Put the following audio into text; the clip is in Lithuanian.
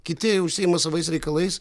kiti užsiima savais reikalais